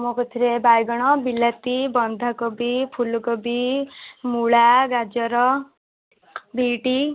ମୋ କତିରେ ବାଇଗଣ ବିଲାତି ବନ୍ଧାକୋବି ଫୁଲକୋବି ମୂଳା ଗାଜର ବିଟି